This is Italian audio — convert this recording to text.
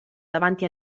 davanti